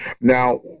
Now